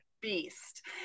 beast